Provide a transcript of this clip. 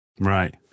Right